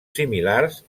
similars